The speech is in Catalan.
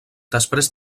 després